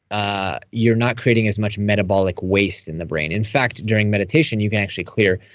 ah you're not creating as much metabolic waste in the brain. in fact, during meditation you can actually clear.